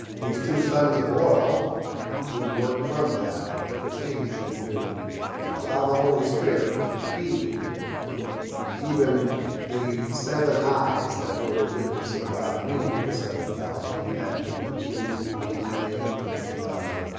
these two sons of oil would work from that to teach and to allow the holy spirit to feed even the seven eyes that were the witness of god, meaning the seven thousand elect and the kings and queens of the ethnos by the